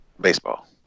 Baseball